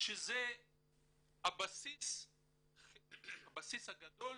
שזה הבסיס הגדול